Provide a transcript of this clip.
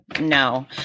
no